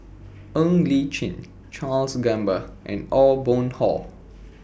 Ng Li Chin Charles Gamba and Aw Boon Haw